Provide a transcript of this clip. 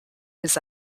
his